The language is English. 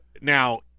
Now